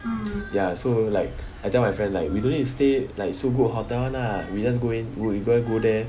ya so like I tell my friend like we don't need to stay like so good hotel one lah we just go in we just go there